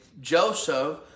Joseph